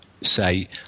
say